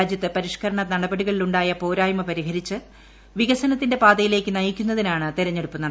രാജ്യത്ത് പരിഷ്കരണ ന്ദ്രപ്ടികളിലുണ്ടായ പോരായ്മ പരിഹരിച്ച് വികനത്തിന്റെ പാതയില്ലേക്ക് നയിക്കുന്നതിനാണ് തെരഞ്ഞെടുപ്പ് നടക്കുന്നത്